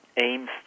aims